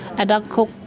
and uncle,